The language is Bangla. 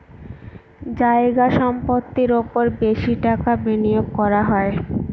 জায়গা সম্পত্তির ওপর বেশি টাকা বিনিয়োগ করা হয়